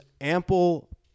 ample